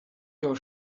your